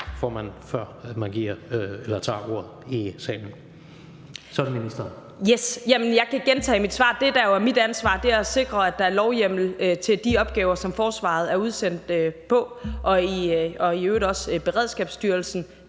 Forsvarsministeren (Trine Bramsen): Jamen jeg kan gentage mit svar. Det, der er mit ansvar, er at sikre, at der er lovhjemmel til de opgaver, som forsvaret er udsendt til og i øvrigt også Beredskabsstyrelsen.